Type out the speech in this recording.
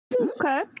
Okay